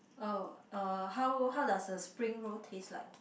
oh uh how how does the spring roll taste like